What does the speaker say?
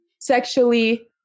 sexually